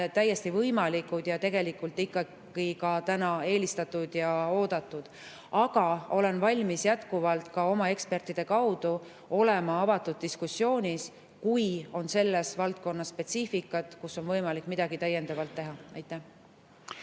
täiesti võimalikud ja täna ka tegelikult eelistatud ja oodatud. Aga olen valmis jätkuvalt ka oma ekspertide kaudu olema avatud diskussioonis, kui on selles valdkonnas spetsiifikat, mille puhul on võimalik midagi täiendavalt teha. Maria